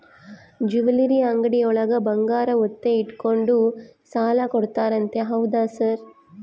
Jewellery ಅಂಗಡಿಯೊಳಗ ಬಂಗಾರ ಒತ್ತೆ ಇಟ್ಕೊಂಡು ಸಾಲ ಕೊಡ್ತಾರಂತೆ ಹೌದಾ ಸರ್?